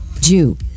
Jew